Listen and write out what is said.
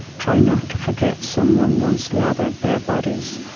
try not to forget someone once lathered their bodies,